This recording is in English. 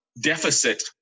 deficit